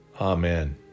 Amen